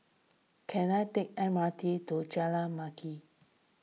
can I take M R T to Jalan Mendaki